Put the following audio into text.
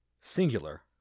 singular